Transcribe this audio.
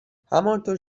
همانطور